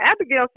Abigail